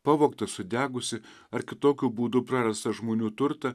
pavogtą sudegusį ar kitokiu būdu prarastą žmonių turtą